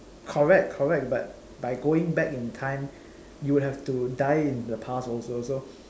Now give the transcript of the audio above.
correct correct but by going back in time you have to die in the past also so